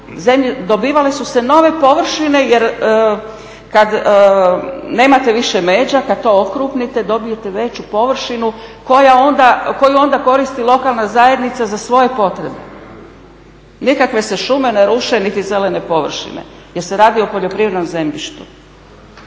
dobivale su se nove površine jer kad nemate više međa, kad to okrupnite dobijete veću površinu koju onda koristi lokalna zajednica za svoje potrebe. Nikakve se šume ne ruše niti zelene površine jer se radi o poljoprivrednom zemljištu.